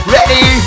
Ready